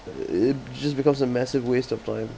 it just becomes a massive waste of time